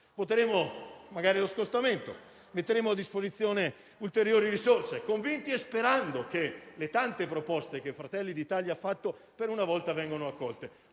voteremo magari lo scostamento, metteremo a disposizione ulteriori risorse, convinti e sperando che le tante proposte che Fratelli d'Italia ha fatto per una volta vengano accolte.